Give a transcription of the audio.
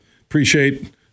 appreciate